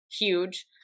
huge